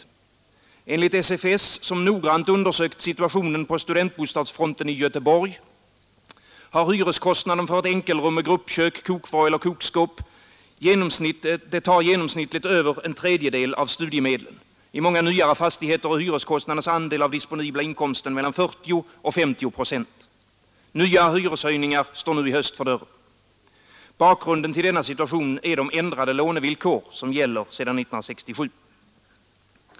studiemedel m.m. Enligt SFS, som noggrant undersökt situationen på studentbostadsfron kokvrå eller kokskåp genomsnittligt över en tredjedel av studiemedlen. I många nyare fastigheter är hyreskostnadens andel av disponibla inkomsten mellan 40 och 50 procent. Nya hyreshöjningar står nu för dörren. Bakgrunden till denna situation är de ändrade lånevillkor som gäller sedan 1967.